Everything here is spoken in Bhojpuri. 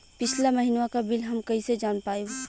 पिछला महिनवा क बिल हम कईसे जान पाइब?